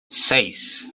seis